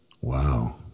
Wow